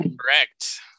Correct